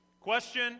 Question